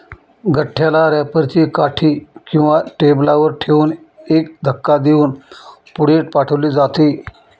गठ्ठ्याला रॅपर ची काठी किंवा टेबलावर ठेवून एक धक्का देऊन पुढे पाठवले जाते